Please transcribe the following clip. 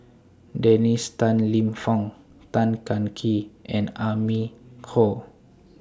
Dennis Tan Lip Fong Tan Kah Kee and Amy Khor